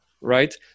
Right